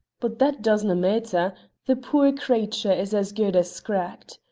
but that doesna' maitter the puir cratur is as guid as scragged.